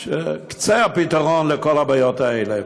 קצה הפתרון, לכל הבעיות האלה.